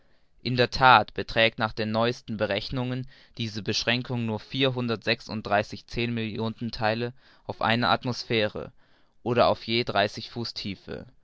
in der that beträgt nach den neuesten berechnungen diese beschränkung nur vierhundertsechsunddreißig zehnmillionentheile auf eine atmosphäre oder auf je